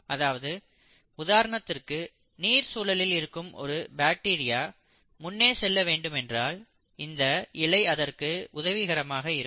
அதாவது உதாரணத்திற்கு நீர் சூழலில் இருக்கும் ஒரு பாக்டீரியா முன்னே செல்ல வேண்டுமென்றால் இந்த இழை அதற்கு உதவிகரமாக இருக்கும்